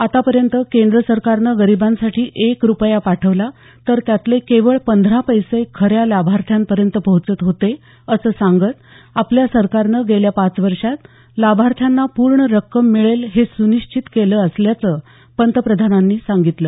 आता पर्यंत केंद्र सरकारनं गरिबांसाठी एक रुपया पाठवला तर त्यातले केवळ पंधरा पैसे खऱ्या लाभार्थ्यांपर्यंत पोहचत होते असं सांगत आपल्या सरकारनं गेल्या पाच वर्षात लाभार्थ्यांना पूर्ण रक्कम मिळेल हे सुनिश्चित केलं असल्याचं पंतप्रधानांनी सांगितलं